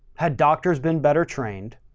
had doctor's been better trained,